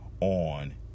On